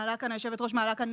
היושבת ראש מעלה כאן